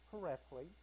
correctly